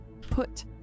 put